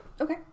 okay